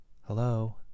hello